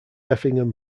effingham